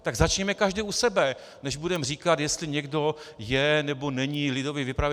Tak začněme každý u sebe, než budeme říkat, jestli někdo je, nebo není lidový vypravěč.